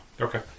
Okay